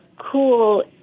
cool